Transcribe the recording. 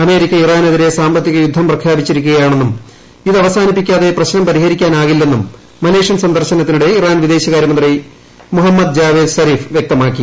America ഇറാനെതിരെ സാമ്പത്തിക യുദ്ധം പ്രഖ്യാപിച്ചിരിക്കുകയാണെന്നും ഇതവസാനിപ്പിക്കാതെ പ്രശ്നം പരിഹരിക്ക്ാനികില്ലെന്നും മലേഷ്യൻ സന്ദർശനത്തിനിടെ ഇറാൻ വിദേശക്ടാര്യമുന്തി മുഹമ്മദ് ജാവേദ് സരിഫ് വൃക്തമാക്കി